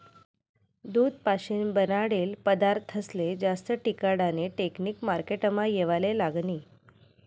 दूध पाशीन बनाडेल पदारथस्ले जास्त टिकाडानी टेकनिक मार्केटमा येवाले लागनी